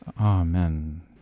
Amen